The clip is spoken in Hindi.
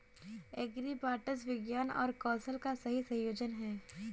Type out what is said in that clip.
एग्रीबॉट्स विज्ञान और कौशल का सही संयोजन हैं